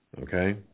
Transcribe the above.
Okay